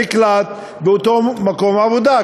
נקלט באותו מקום עבודה,